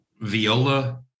viola